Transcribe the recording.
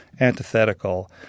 antithetical